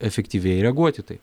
efektyviai reaguot į tai